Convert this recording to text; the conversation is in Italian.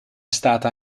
stata